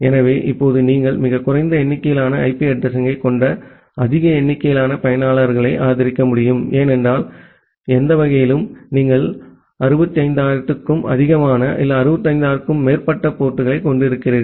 எனவே இப்போது நீங்கள் மிகக் குறைந்த எண்ணிக்கையிலான ஐபி அட்ரஸிங் களைக் கொண்ட அதிக எண்ணிக்கையிலான பயனர்களை ஆதரிக்க முடியும் ஏனென்றால் எந்த வகையிலும் நீங்கள் 65000 க்கும் அதிகமான 65000 க்கும் மேற்பட்ட போர்ட்களைக் கொண்டிருக்கிறீர்கள்